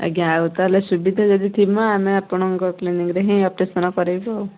ଆଜ୍ଞା ଆଉ ତାହେଲେ ସୁବିଧା ଯଦି ଥିବ ଆମେ ଆପଣଙ୍କ କ୍ଲିନିକ୍ରେ ହିଁ ଅପରେସନ୍ କରେଇବୁ